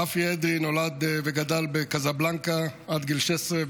רפי אדרי נולד וגדל בקזבלנקה עד גיל 16,